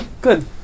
Good